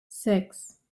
six